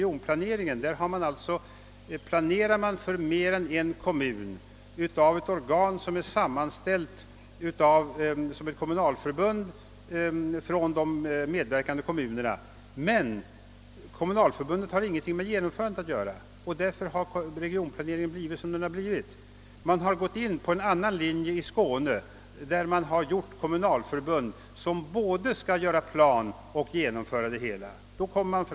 I detta fall är det ett organ, tillsatt av de medverkande kommunerna — ett kommunalförbund — som planerar för mer än en kommun. Men detta organ har ingenting med genomförandet att göra. Därför har regionplaneringen blivit som den har blivit. Man har följt en annan linje i Skåne, där man bildat kommunalförbund som skall handha både planeringen och genomförandet av åtgärderna.